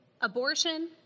abortion